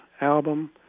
album